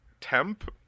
temp